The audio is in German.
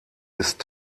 ist